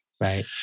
Right